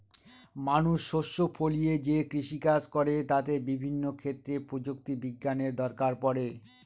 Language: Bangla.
মানুষ শস্য ফলিয়ে যে কৃষিকাজ করে তাতে বিভিন্ন ক্ষেত্রে প্রযুক্তি বিজ্ঞানের দরকার পড়ে